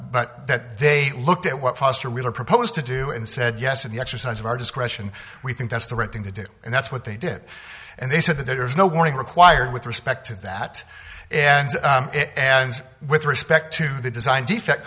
but that they looked at what foster wheeler proposed to do and said yes in the exercise of our discretion we think that's the right thing to do and that's what they did and they said that there was no warning required with respect to that and and with respect to the design defect